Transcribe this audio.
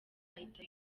hahita